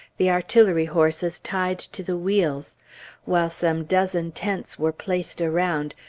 the artillery horses tied to the wheels while some dozen tents were placed around,